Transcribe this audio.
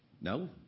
No